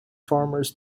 farmers